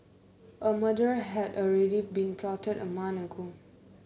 a murder had already been plotted a month ago